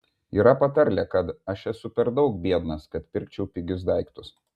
yra patarlė kad aš esu per daug biednas kad pirkčiau pigius daiktus